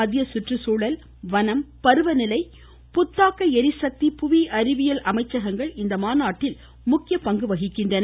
மத்திய சுற்றுச்சூழல் வனம் பருவநிலை புத்தாக்க ளிசக்தி புவி அறிவியல் அமைச்சகங்கள் இம்மாநாட்டில் முக்கிய பங்கு வகிக்கின்றன